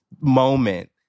moment